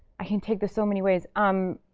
i can take this so many ways. um